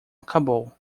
acabou